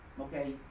okay